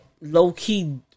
low-key